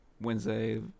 Wednesday